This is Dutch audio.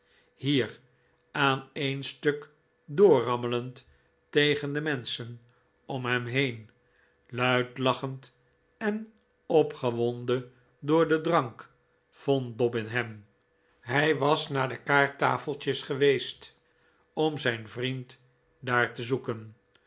hier aan een stuk doorrammelend tegen de menschen om hem heen luid lachend en opgewonden door den drank vond dobbin hem hij was naar de kaarttafeltjes geweest om zijn vriend daar te zoeken